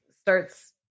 starts